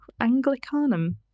Anglicanum